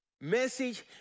message